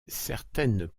certaines